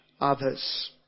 others